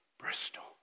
Bristol